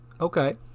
Okay